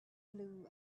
blue